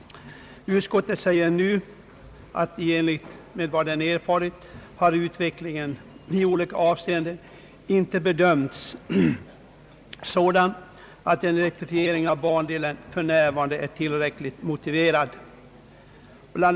Utskottet säger nu: »Enligt vad utskottet erfarit har emellertid utvecklingen i olika avseenden inte bedömts bli sådan att en elektrifiering av bandelen f. n. är tillräckligt motiverad. Bl.